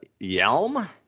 Yelm